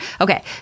Okay